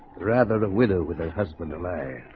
rather a widow with her husband away.